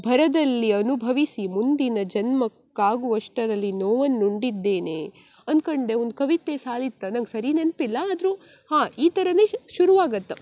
ಭರದಲ್ಲಿ ಅನುಭವಿಸಿ ಮುಂದಿನ ಜನ್ಮಕ್ಕಾಗುವಷ್ಟರಲ್ಲಿ ನೋವನ್ನುಂಡಿದ್ದೇನೆ ಅನ್ಕಂಡು ಒಂದು ಕವಿತೆ ಸಾಲಿತ್ತು ನಂಗೆ ಸರಿ ನೆನಪಿಲ್ಲ ಆದರೂ ಹಾಂ ಈ ಥರವೇ ಶುರುವಾಗತ್ತೆ